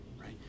right